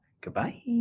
goodbye